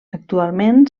actualment